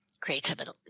Creativity